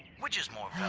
which is more